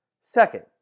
Second